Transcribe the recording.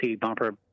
bumper